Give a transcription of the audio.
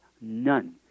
none